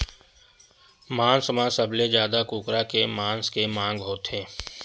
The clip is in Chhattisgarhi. मांस म सबले जादा कुकरा के मांस के मांग होथे